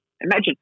imagine